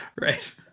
Right